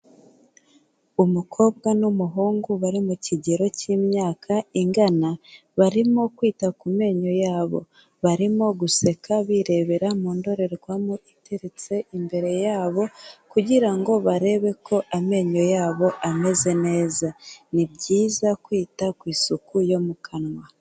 Umukobwa n'umuhungu bari mu kigero cy'imyaka ingana, barimo kwita ku menyo yabo, barimo guseka birebera mu ndorerwamo iteretse imbere yabo, kugira ngo barebe ko amenyo yabo ameze neza, ni byiza kwita ku isuku yo mu kanwa.